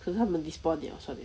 可是他们 despawn liao 所以还没有